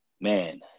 man